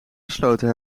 besloten